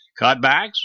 Cutbacks